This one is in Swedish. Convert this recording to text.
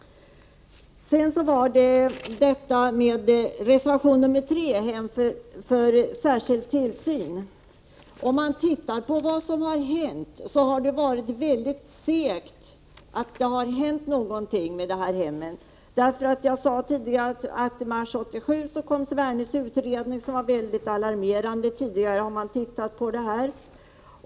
Reservation 3 behandlar hem för särskild tillsyn. Utvecklingen vad gäller dessa hem har gått väldigt segt. Jag sade tidigare att JO Svernes utredning kom i mars 1977 och var mycket alarmerande.